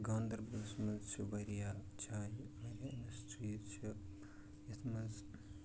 گانٛدربَلس منٛز چھِ واریاہ جایہِ واریاہ اِنڈَسٹریٖز چھِ یَتھ منٛز